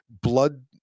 blood